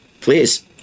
Please